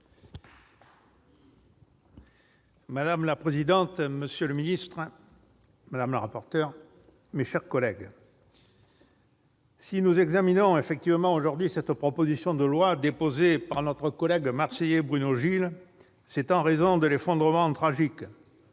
Madame la présidente, monsieur le ministre, madame le rapporteur, mes chers collègues, nous sommes amenés aujourd'hui à examiner cette proposition de loi déposée par notre collègue marseillais Bruno Gilles en raison de l'effondrement tragique